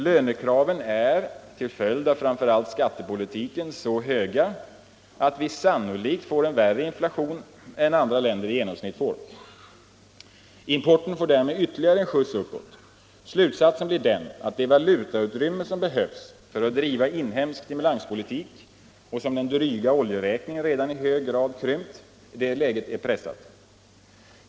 Lönekraven är till följd av framför allt skattepolitiken så höga att vi sannolikt får värre inflation här än andra länder i genomsnitt får. Importen får därmed ytterligare en skjuts uppåt. Slutsatsen blir den att det valutautrymme, som behövs för att driva inhemsk stimulanspolitik och som den dryga oljeräkningen redan i hög grad krympt, är pressat.